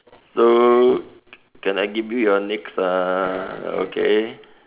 so can I give you your next uh okay